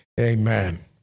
Amen